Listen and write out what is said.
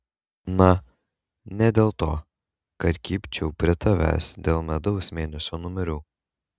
na ne dėl to kad kibčiau prie tavęs dėl medaus mėnesio numerių